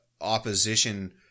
opposition